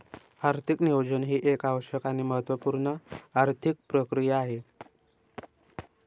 आर्थिक नियोजन ही एक आवश्यक आणि महत्त्व पूर्ण आर्थिक प्रक्रिया आहे